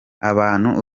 abantu